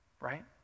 right